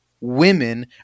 women